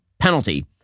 penalty